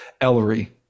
Ellery